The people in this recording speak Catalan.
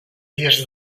dies